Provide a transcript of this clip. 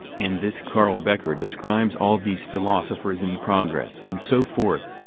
and this carl becker describes all these philosophers and progress and so forth,